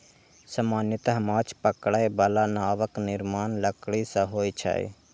सामान्यतः माछ पकड़ै बला नावक निर्माण लकड़ी सं होइ छै